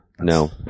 No